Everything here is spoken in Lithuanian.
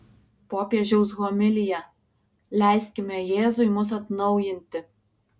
popiežiaus homilija leiskime jėzui mus atnaujinti